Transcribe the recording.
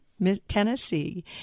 Tennessee